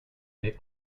may